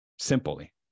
simply